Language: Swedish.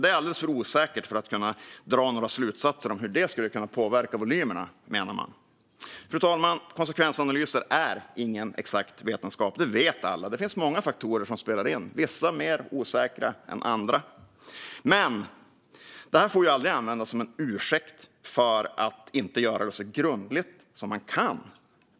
Det är alldeles för osäkert för att man ska kunna dra några slutsatser om hur det skulle kunna påverka volymerna, menar man. Fru talman! Konsekvensanalyser är ingen exakt vetenskap; det vet alla. Det finns många faktorer som spelar in, vissa mer osäkra än andra. Men det får aldrig användas som en ursäkt för att inte göra detta så grundligt som man kan.